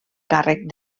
càrrec